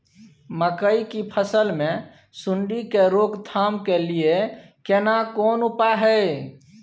मकई की फसल मे सुंडी के रोक थाम के लिये केना कोन उपाय हय?